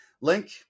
Link